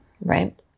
Right